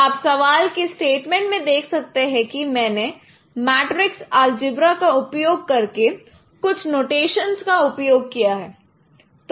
आप सवाल के स्टेटमेंट में देख सकते हैं कि मैंने मैट्रिक्स अलजेब्रा का उपयोग करके कुछ नोटेशंस का उपयोग किया है